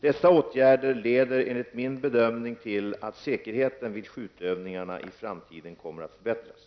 Dessa åtgärder leder enligt min bedömning till att säkerheten vid skjutövningar i framtiden kommer att förbättras.